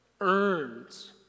earns